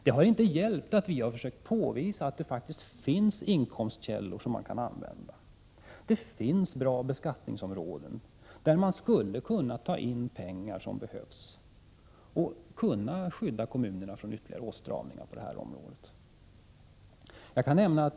Det har inte hjälpt att vi har försökt att påvisa att det faktiskt finns inkomstkällor som man kan använda. Det finns bra beskattningsområden, där man skulle kunna ta in de pengar som behövs. Man skulle kunna skydda kommunerna från ytterligare åtstramningar på detta område.